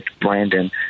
Brandon